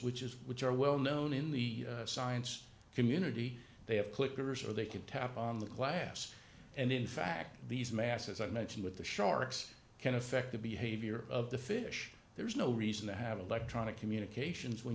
which is which are well known in the science community they have clickers or they could tap on the glass and in fact these mass as i mentioned with the sharks can affect the behavior of the fish there's no reason to have electronic communications when